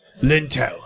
Lintel